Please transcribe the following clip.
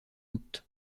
août